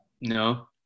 no